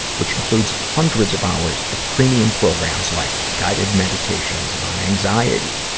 which includes hundreds of hours of premium programs like guided meditations on anxiety,